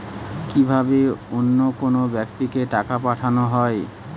কি ভাবে অন্য কোনো ব্যাক্তিকে টাকা পাঠানো হয়?